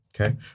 okay